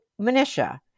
Manisha